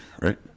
right